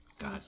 God